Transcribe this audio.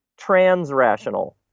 transrational